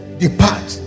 depart